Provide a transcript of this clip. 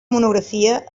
monografia